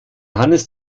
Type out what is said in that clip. hannes